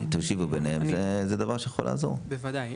בוודאי.